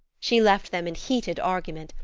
she left them in heated argument,